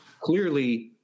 Clearly